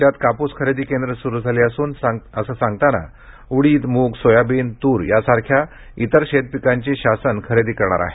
राज्यात कापूस खरेदी केंद्रं सुरु झाली असून सांगतांना उडीद मुग सोयाबीन तूर यासारख्या इतर शेतपिकांची शासन खरेदी करणार आहे